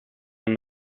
and